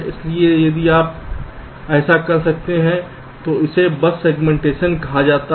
इसलिए यदि आप ऐसा कर सकते हैं तो इसे बस सेगमेंटेशन कहा जाता है